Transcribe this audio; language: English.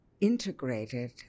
integrated